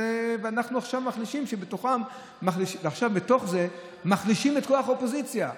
ואנחנו עכשיו בתוך זה מחלישים את כוח האופוזיציה.